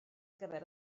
gyfer